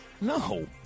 No